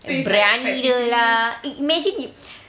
briyani dia lah im~ imagine you